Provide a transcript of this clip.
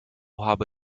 habe